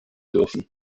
dürfen